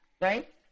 right